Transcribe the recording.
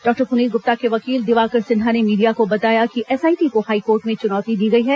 doctor Praneet Gupta के वकील दिवाकर सिन्हा ने मीडिया को बताया कि एसआईटी को हाईकोर्ट में चुनौती दी गई है